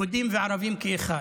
יהודים וערבים כאחד,